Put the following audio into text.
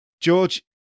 George